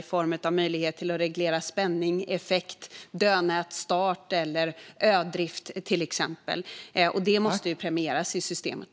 Det handlar till exempel om möjlighet att reglera spänning, effekt, dödnätsstart och ödrift. Och detta måste premieras i systemet.